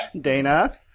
Dana